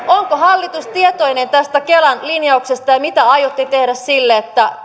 onko hallitus tietoinen tästä kelan linjauksesta ja ja mitä aiotte tehdä sille että